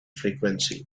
frequency